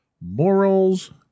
morals